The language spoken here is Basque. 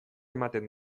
ematen